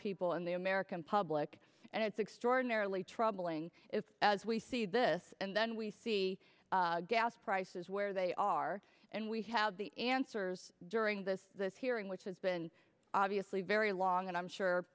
people in the american public and it's extraordinarily troubling as we see this and then we see gas prices where they are and we have the answers during this hearing which has been obviously very long and i'm sure